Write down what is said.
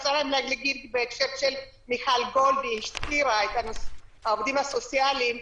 מיכל גולד הזכירה את העובדים הסוציאליים.